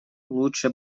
лучше